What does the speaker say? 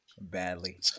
badly